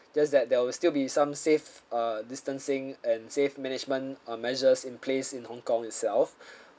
just that there will still be some safe uh distancing and safe management um measures in place in Hong-Kong itself